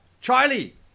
Charlie